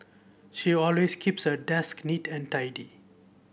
she always keeps her desk neat and tidy